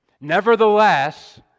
nevertheless